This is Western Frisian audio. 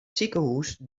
sikehûs